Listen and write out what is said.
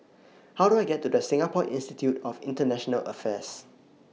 How Do I get to Singapore Institute of International Affairs